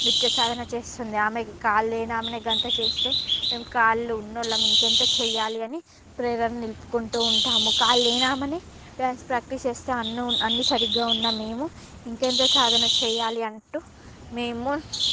నృత్య సాధన చేస్తుంది ఆమె కాలు లేని ఆమెనే గంత చేస్తే మేము కాళ్ళు ఉన్నోల్లం ఇంకెంత చెయ్యాలి అని ప్రేరణ నిలుపుకుంటూ ఉంటాము కాలు లేని ఆమెనే డ్యాన్స్ ప్రాక్టీస్ చేస్తే అన్ని అన్ని సరిగ్గా ఉన్న మేము ఇంకెంత సాధన చెయ్యాలి అంటూ మేము